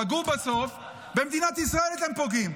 פגעו בסוף, במדינת ישראל אתם פוגעים.